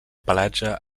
pelatge